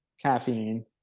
caffeine